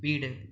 வீடு